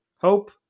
hope